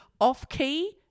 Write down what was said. off-key